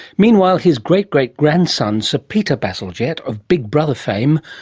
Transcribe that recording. meanwhile, his great great grandson. sir peter bazalgette of big brother fame,